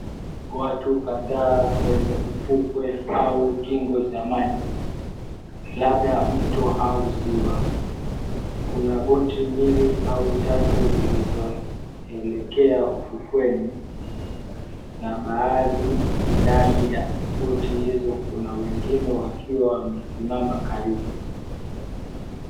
Watu kadhaa kwenye ufukwe au kingo za maji labda mto au ziwa, kuna boti mbili au tatu zilizoelekea ufukweni na baadhi ndani ya boti zile kuna wengine wakiwa wamesimama karibu.